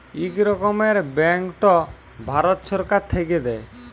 ইক রকমের ব্যাংকট ভারত ছরকার থ্যাইকে দেয়